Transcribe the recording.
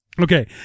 okay